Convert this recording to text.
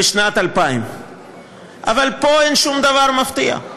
בשנת 2000. אבל פה אין שום דבר מפתיע.